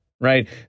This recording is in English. right